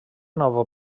nova